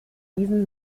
diesen